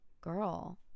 girl